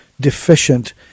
deficient